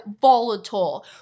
volatile